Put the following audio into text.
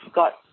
got